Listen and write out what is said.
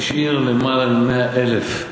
הוא השאיר למעלה מ-100,000,